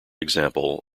example